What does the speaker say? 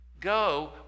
Go